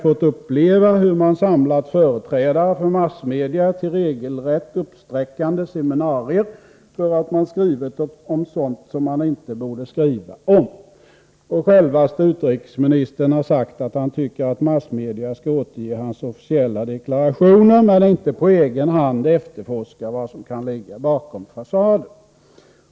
fått uppleva hur man samlat företrädare för massmedia till regelrätt uppsträckande seminarier för att det skrivits om sådant som det inte borde skrivas om. Och självaste utrikesministern har sagt att han tycker att massmedia skall återge hans officiella deklarationer men inte på egen hand efterforska vad som kan ligga bakom fasaden.